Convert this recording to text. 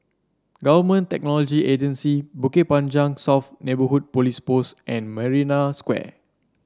Government Technology Agency Bukit Panjang South Neighbourhood Police Post and Marina Square